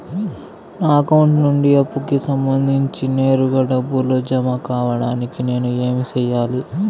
నా అకౌంట్ నుండి అప్పుకి సంబంధించి నేరుగా డబ్బులు జామ కావడానికి నేను ఏమి సెయ్యాలి?